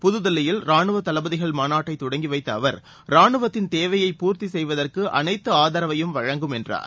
புத்தில்லியில் ராணுவதளபதிகள் மாநாட்டைத் தொடங்கிவைத்தஅவர் ராணுவத்திள் தேவையை பூர்த்திசெய்வதற்குஅனைத்துஆதரவையும் வழங்கும் என்றார்